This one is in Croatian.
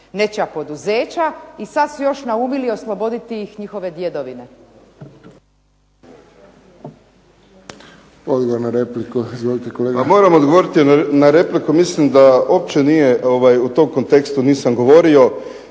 nečija poduzeća i sad su još naumili osloboditi ih njihove djedovine.